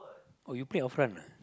oh you play off run ah